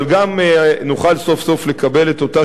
אבל גם נוכל סוף-סוף לקבל את אותה